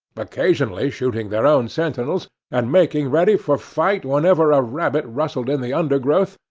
occasionally shooting their own sentinels, and making ready for fight whenever a rabbit rustled in the undergrowth,